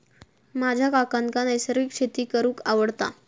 माझ्या काकांका नैसर्गिक शेती करूंक आवडता